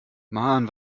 mann